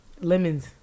Lemons